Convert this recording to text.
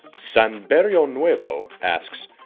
san barrionuevo asks,